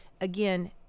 again